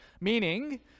meaning